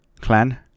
clan